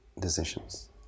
decisions